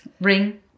Ring